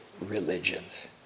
religions